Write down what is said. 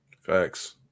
Facts